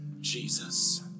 Jesus